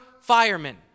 firemen